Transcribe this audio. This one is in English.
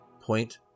Point